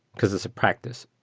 because it's a practice,